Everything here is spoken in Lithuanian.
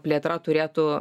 plėtra turėtų